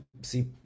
see